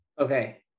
Okay